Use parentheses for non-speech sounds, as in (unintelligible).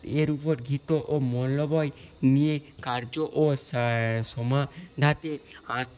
এর উপর (unintelligible) ও মনোবল নিয়ে কার্য ও সা (unintelligible) ধাতে (unintelligible)